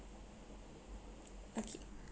okay